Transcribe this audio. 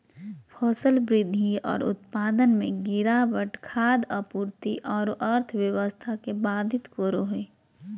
फसल वृद्धि और उत्पादन में गिरावट खाद्य आपूर्ति औरो अर्थव्यवस्था के बाधित करो हइ